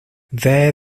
there